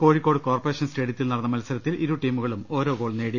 Kozhikode corporation സ്റ്റേഡി യത്തിൽ നടന്ന മത്സരത്തിൽ ഇരുടീമുകളും ഓരോ ഗോൾ നേടി